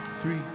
three